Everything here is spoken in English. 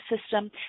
system